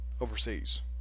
overseas